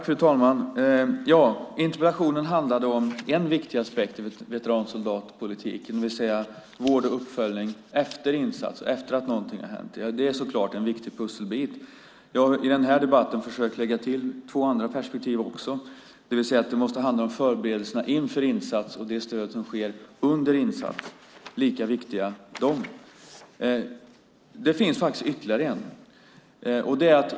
Fru talman! Interpellationen handlade om en viktig aspekt i veteransoldatpolitiken, nämligen vård och uppföljning efter insats, efter att något har hänt. Det är såklart en viktig pusselbit. Jag har i den här debatten försökt lägga till två andra perspektiv också, nämligen förberedelserna inför insats och det stöd som sker under insats. De är lika viktiga. Det finns faktiskt ytterligare en aspekt.